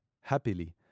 happily